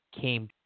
came